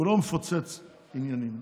הוא לא מפוצץ עניינים.